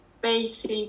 basic